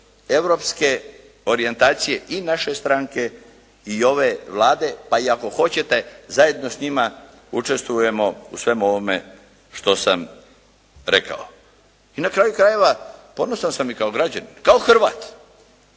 europske orijentacije i naše stranke i ove Vlade, pa i ako hoćete zajedno s njima učestvujemo u svemu ovome što sam rekao. I na kraju krajeva, ponosan sam i kao građanin, kao Hrvat.